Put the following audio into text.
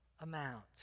amount